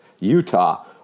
Utah